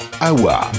Awa